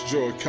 Joy